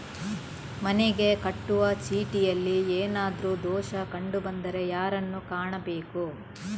ಮನೆಗೆ ಕಟ್ಟುವ ಚೀಟಿಯಲ್ಲಿ ಏನಾದ್ರು ದೋಷ ಕಂಡು ಬಂದರೆ ಯಾರನ್ನು ಕಾಣಬೇಕು?